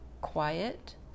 quiet